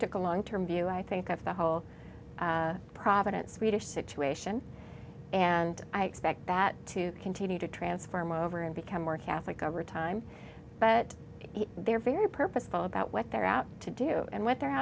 took a long term view i think of the whole providence swedish situation and i expect that to continue to transform over and become more catholic over time but they're very purposeful about what they're out to do and what the